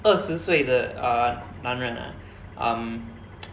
二十岁的 err 男人 ah um